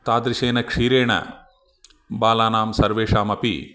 तादृशेन क्षीरेण बालानां सर्वेषामपि